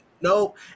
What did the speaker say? nope